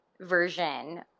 version